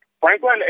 Franklin